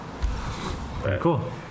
cool